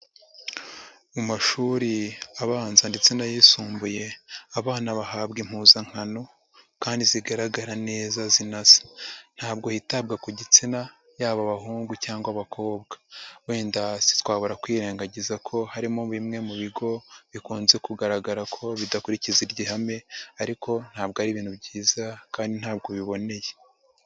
Mu mashuri abanza ndetse n'ayisumbuye abana bahabwa impuzankano kandi zigaragara neza zinasa. Ntabwo hitabwa ku gitsina yaba abahungu cyangwa abakobwa, wenda ntitwabura kwirengagiza ko harimo bimwe mu bigo bikunze kugaragara ko bidakurikiza iryo hame ariko ntabwo ari ibintu byiza kandi ntabwo biboneye.